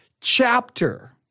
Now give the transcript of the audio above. chapter